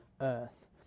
earth